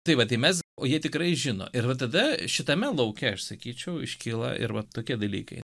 tai vat įmes o jie tikrai žino ir tada šitame lauke aš sakyčiau iškyla ir va tokie dalykai